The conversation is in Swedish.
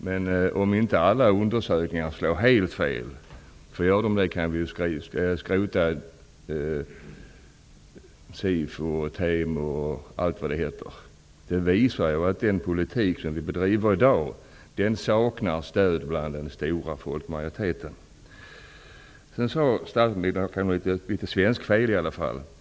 Men om inte resultaten av alla undersökningar slår helt fel -- om de gör det kan vi skrota Sifo, Temo m.fl. -- visar de att den politik som i dag bedrivs saknar stöd bland den stora folkmajoriteten. Sedan gjorde nog statsrådet ett grammatiskt fel.